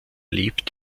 lebt